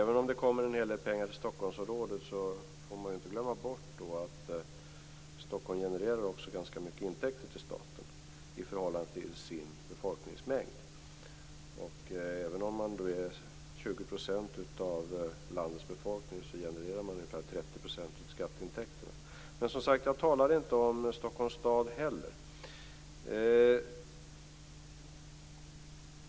Även om det kommer en hel del pengar till Stockholmsområdet får man inte glömma bort att Stockholm också genererar ganska mycket intäkter till staten i förhållande till befolkningsmängden. Även om befolkningen i Stockholm utgör 20 % av landets befolkning, genererar de ungefär 30 % av skatteintäkterna. Men som sagt talade jag inte om Stockholms stad.